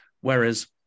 Whereas